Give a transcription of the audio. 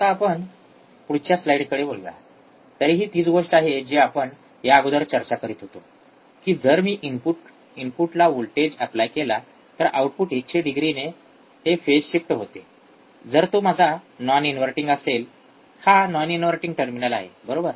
तर आपण आता पुढच्या स्लाईडकडे वळूया तरीही तीच गोष्ट आहे जी आपण या अगोदर चर्चा करत होतो की जर मी इनपुटला वोल्टेज एप्लाय केला तर आउटपुट १८० डिग्रीने हे फेज शिफ्ट होते जर तो माझा नॉन इन्वर्टींग असेल हा नॉन इन्वर्टींग टर्मिनल आहे बरोबर